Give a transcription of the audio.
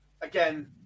again